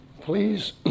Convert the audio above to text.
Please